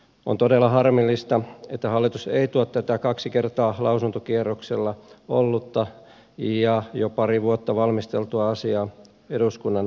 on todella harmillista että hallitus ei tuo tätä kaksi kertaa lausuntokierroksella ollutta ja jo pari vuotta valmisteltua asiaa eduskunnan käsittelyyn